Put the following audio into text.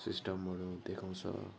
सिस्टमहुरू देखाउँछ